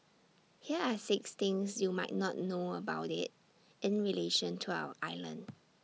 here are six things you might not know about IT in relation to our island